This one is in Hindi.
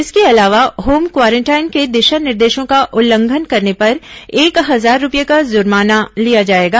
इसके अलावा होम क्वारेंटाइन के दिशा निर्देशों का उल्लंघन करने पर एक हजार रूपये का जुर्माना लिया जाएगा